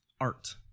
art